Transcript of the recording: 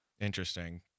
interesting